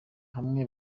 hamwe